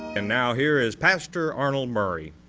and now here is pastor arnold murray